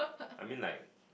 I mean like